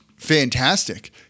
fantastic